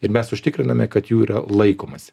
ir mes užtikriname kad jų yra laikomasi